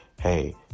hey